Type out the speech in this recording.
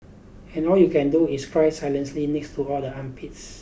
and all you can do is cry silently next to all the armpits